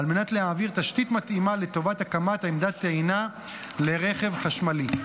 מנת להעביר תשתית מתאימה לטובת הקמת עמדת טעינה לרכב חשמלי.